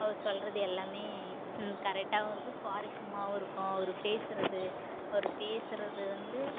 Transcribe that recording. அவர் சொல்கிறது எல்லாம் கரெக்டாகவும் இருக்கும் சுவாரஸியமாகவும் இருக்கும் அவர் பேசுகிறது அவர் பேசுகிறது வந்து